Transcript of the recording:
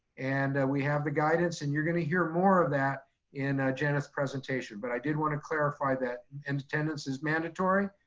and we have the guidance and you're gonna hear more of that in jenith's presentation. but i did wanna clarify that and attendance is mandatory,